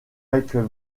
michael